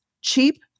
cheap